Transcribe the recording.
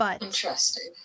Interesting